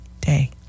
day